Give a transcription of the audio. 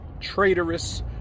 traitorous